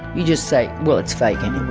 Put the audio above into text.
you just say well it's fake and